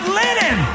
linen